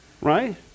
right